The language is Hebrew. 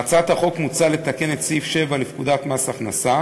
בהצעת החוק מוצע לתקן את סעיף 7 לפקודת מס הכנסה,